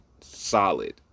solid